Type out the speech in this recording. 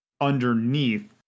underneath